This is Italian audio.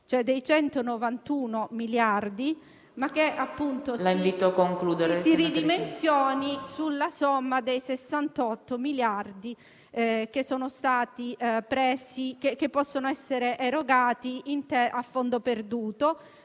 somma (i 191 miliardi) e che ci si ridimensioni sulla somma dei 68 miliardi che possono essere erogati a fondo perduto,